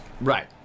Right